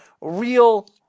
real